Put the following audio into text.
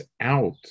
out